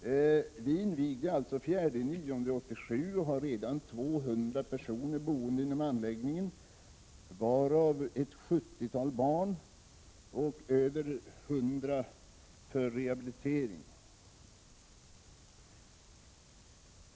Vi invigde alltså den 4 september 1987 och har redan 200 personer boende inom anläggningen, varav ett 70-tal är barn, och över 100 för rehabilitering.